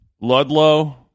Ludlow